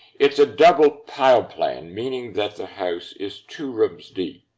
it's a double-pile plan, meaning that the house is two rooms deep.